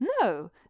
No